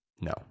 No